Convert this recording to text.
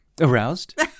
Aroused